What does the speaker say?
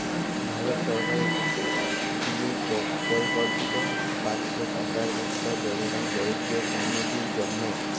ভারত সরকারের দিয়ে পরকল্পিত পাঁচশ টাকার ইকট যজলা গরিবদের উল্লতির জ্যনহে